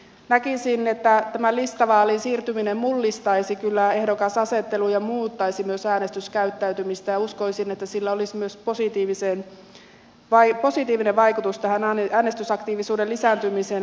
näkisin että tämä listavaaliin siirtyminen mullistaisi kyllä ehdokasasettelun ja muuttaisi myös äänestyskäyttäytymistä ja uskoisin että sillä olisi myös positiivinen vaikutus tähän äänestysaktiivisuuden lisääntymiseen